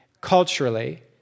culturally